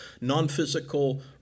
non-physical